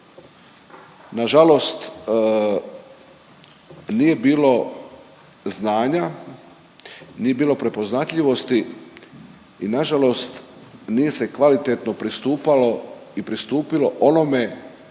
Nažalost, nije bilo znanja, nije bilo prepoznatljivosti i nažalost nije se kvalitetno pristupalo i pristupilo onome